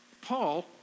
Paul